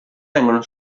vengono